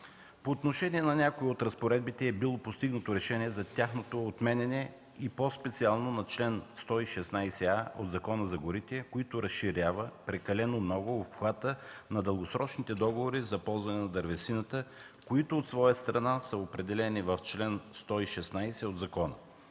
По отношение на някои от разпоредбите е било постигнато решение за тяхното отменяне и по-специално на чл. 116а от Закона за горите, който разширява прекалено много обхвата на дългосрочните договори за ползване на дървесината, които от своя страна са определени в чл. 116 от закона.